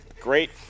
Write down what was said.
Great